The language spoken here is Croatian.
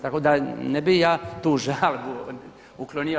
Tako da ne bi ja tu žalbu uklonio.